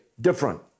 different